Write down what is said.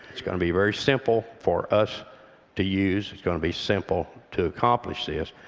it's going to be very simple for us to use. it's going to be simple to accomplish this.